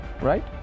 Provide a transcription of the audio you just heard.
right